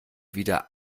wieder